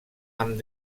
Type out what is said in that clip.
amb